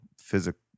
physical